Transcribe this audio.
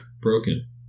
Broken